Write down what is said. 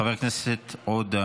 חבר הכנסת קריב,